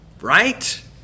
right